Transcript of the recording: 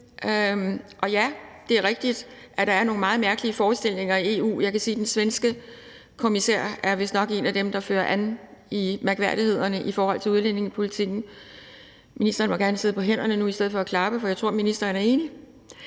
Og ja, det er rigtigt, at der er nogle meget mærkelige forestillinger om tingene i EU. Jeg kan sige, at den svenske kommissær vistnok er en af dem, der fører an i mærkværdighederne i forhold til udlændingepolitikken. Ministeren må gerne sidde på hænderne nu i stedet for at klappe, for jeg tror, ministeren er enig;